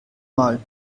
mal